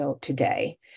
today